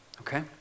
Okay